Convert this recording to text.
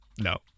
No